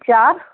ਚਾਰ